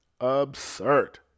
Absurd